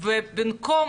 ובמקום